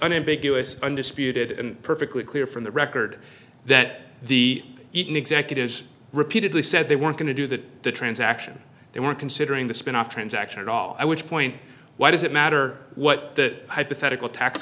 unambiguous undisputed and perfectly clear from the record that the eton executives repeatedly said they weren't going to do that the transaction they were considering the spin off transaction and all i would point why does it matter what the hypothetical tax